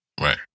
Right